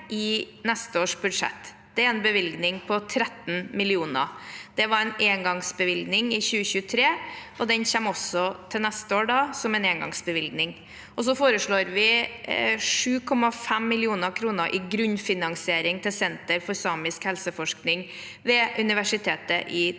i neste års budsjett. Det er en bevilgning på 13 mill. kr. Det var en engangsbevilgning i 2023, og den kommer da også til neste år, som en engangsbevilgning. Og så foreslår vi 7,5 mill. kr i grunnfinansiering til Senter for samisk helseforskning ved Universitetet i Tromsø.